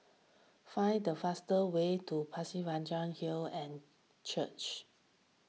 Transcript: find the fastest way to Pasir Panjang Hill and Church